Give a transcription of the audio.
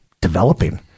developing